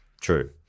True